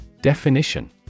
Definition